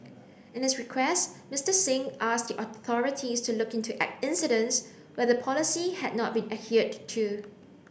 in his request Mister Singh asked the authorities to look into at incidents where the policy had not been adhered to